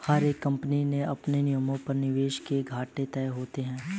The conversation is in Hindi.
हर एक कम्पनी के अपने नियमों पर निवेश के घाटे तय होते हैं